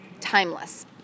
timeless